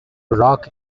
rock